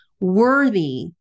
worthy